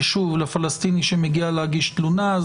לפלסטיני שמגיע להגיש תלונה בכניסה ליישוב.